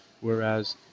whereas